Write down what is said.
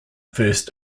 first